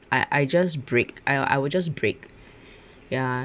I I just break I'll I'll just break ya